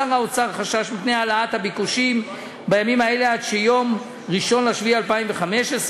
שר האוצר חשש מפני העלאת הביקושים בימים האלה עד יום 1 ביולי 2015,